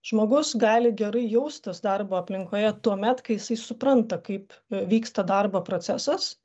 žmogus gali gerai jaustis darbo aplinkoje tuomet kai jisai supranta kaip vyksta darbo procesas